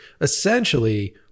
essentially